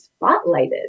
spotlighted